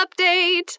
update